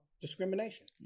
discrimination